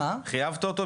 חייבת אותו,